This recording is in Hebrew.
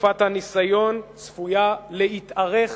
תקופת הניסיון צפויה להתארך,